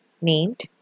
named